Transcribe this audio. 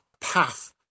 path